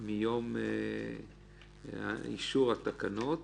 מיום אישור התקנות,